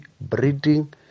breeding